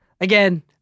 again